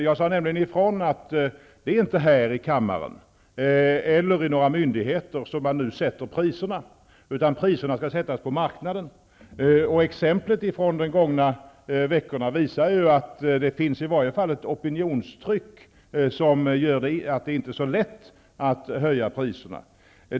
Jag sade nämligen att det inte är här i kammaren eller i några myndigheter som man nu sätter priserna, utan priserna skall sättas på marknaden. Exemplet från de gångna veckorna visar att det i varje fall finns ett opinionstryck som gör att det inte är så lätt att höja priserna.